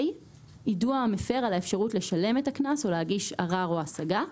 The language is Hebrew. יידוע המפר על האפשרות לשלם את הקנס או להגיש ערר או השגה,